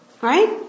Right